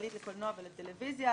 הישראלית לקולנוע ולטלוויזיה,